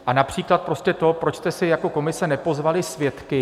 A například prostě to, proč jste si jako komise nepozvali svědky